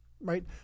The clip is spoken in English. right